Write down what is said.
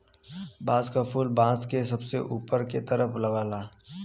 बांस क फुल बांस के सबसे ऊपर के तरफ लगला